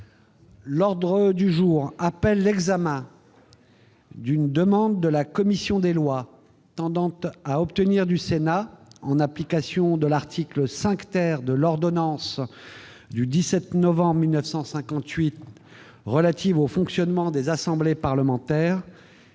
L'ordre du jour appelle l'examen d'une demande de la commission des lois tendant à obtenir du Sénat, en application de l'article 5 de l'ordonnance n° 58-1100 du 17 novembre 1958 relative au fonctionnement des assemblées parlementaires,